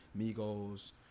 Migos